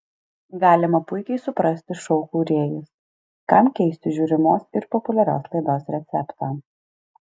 galima puikiai suprasti šou kūrėjus kam keisti žiūrimos ir populiarios laidos receptą